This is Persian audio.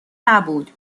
نبود